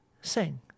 sing